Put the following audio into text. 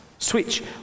Switch